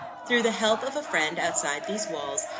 through the help of a friend outside these walls,